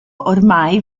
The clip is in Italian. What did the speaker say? ormai